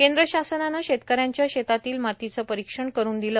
केंद्र शासनाने शेतकऱ्यांच्या शेतातील मातीचे परीक्षण करून दिले